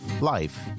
life